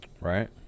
right